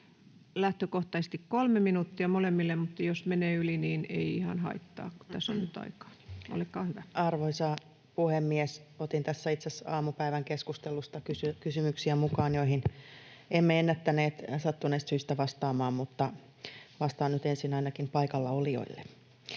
Lähtökohtaisesti kolme minuuttia molemmille, mutta jos menee yli, niin ei haittaa, tässä on nyt aikaa. — Olkaa hyvä. Arvoisa puhemies! Otin tässä itse asiassa aamupäivän keskustelusta mukaan kysymyksiä, joihin emme ennättäneet sattuneista syistä vastaamaan, mutta vastaan nyt ensin ainakin paikallaolijoille.